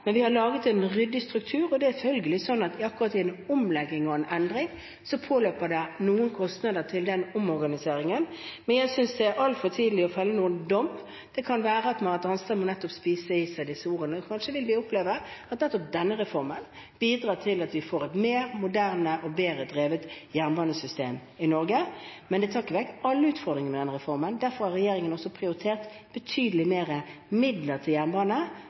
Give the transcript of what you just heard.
men vi har laget en ryddig struktur, og det er følgelig sånn at akkurat i en omlegging og en endring påløper det noen kostnader knyttet til den omorganiseringen, men jeg synes det er altfor tidlig å felle noen dom. Det kan være at Marit Arnstad må spise i seg disse ordene, og kanskje vil vi oppleve at nettopp denne reformen bidrar til at vi får et mer moderne og bedre drevet jernbanesystem i Norge. Men denne reformen tar ikke vekk alle utfordringene, derfor har regjeringen også prioritert betydelig mer midler til jernbane